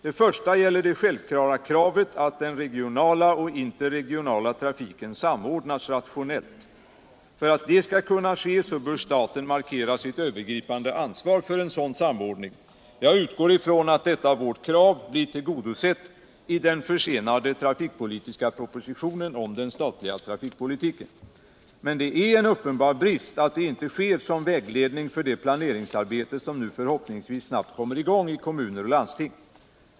Den första gäller det självklara kravet att den regionala och interregionala trafiken samordnas rationellt. För att det skall kunna ske bör staten markera sitt övergripande ansvar för en sådan samordning. Jag utgår ifrån att detta vårt krav blir tillgodosett i den försenade trafikpolitiska propositionen om den statliga trafikpolitiken. Men det är en uppenbar brist att det inte sker som vägledning för det planeringsarbete som nu förhoppningsvis snabbt kommer i gång i kommuner och landsting.